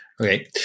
Okay